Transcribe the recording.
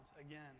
again